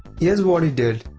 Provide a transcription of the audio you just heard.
here's what he did?